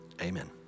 Amen